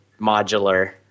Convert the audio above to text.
modular